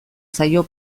zaio